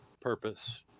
purpose